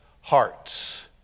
hearts